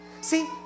See